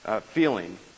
feeling